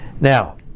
Now